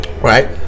Right